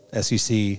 SEC